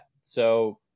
So-